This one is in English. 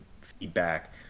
feedback